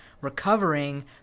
recovering